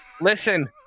listen